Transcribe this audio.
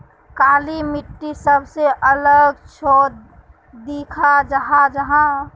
काली मिट्टी सबसे अलग चाँ दिखा जाहा जाहा?